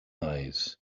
eyes